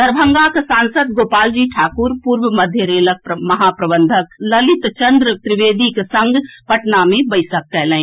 दरभंगाक सांसद गोपालजी ठाकुर पूर्व मध्य रेलक महाप्रबंधक ललित चंद्र त्रिवेदीक संग पटना मे बैसक कयलनि